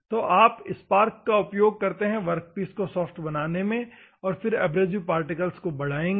तो आप स्पार्क का उपयोग करते हैं वर्कपीस को सॉफ्ट बनाने में और फिर एब्रेसिव पार्टिकल्स को बढ़ाएंगे